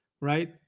right